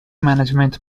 management